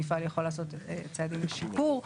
מפעל יכול לעשות צעדים לשיפור.